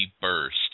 burst